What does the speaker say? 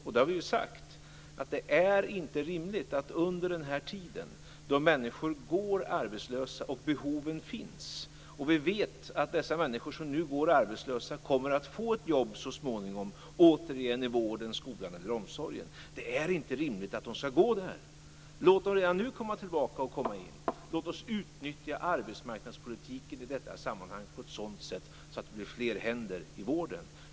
Vi har sagt att det inte är rimligt att människor går arbetslösa medan behoven av dem finns och vi samtidigt vet att de så småningom återigen kommer att få ett jobb inom vården, skolan eller omsorgen. Det är inte rimligt att de skall gå arbetslösa. Låt dem redan nu komma tillbaka! Låt oss utnyttja arbetsmarknadspolitiken i detta sammanhang på ett sätt så att det blir fler händer i vården.